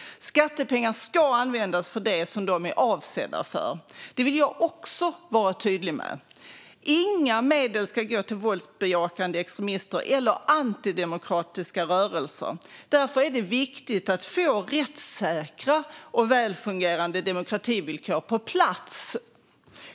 Skattepengar ska användas för det som de är avsedda för. Det vill jag också vara tydlig med. Inga medel ska gå till våldsbejakande extremister eller antidemokratiska rörelser. Därför är det viktigt att få rättssäkra och välfungerande demokrativillkor på plats.